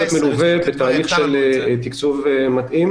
זה צריך להיות מלווה בתהליך של תקצוב מתאים,